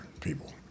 people